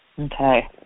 Okay